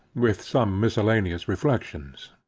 with some miscellaneous reflexions